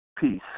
peace